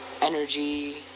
energy